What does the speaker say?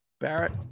Barrett